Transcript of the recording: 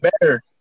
better